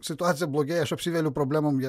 situacija blogėja aš apsiveliu problemom